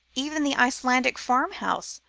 even the icelandic farmhouse,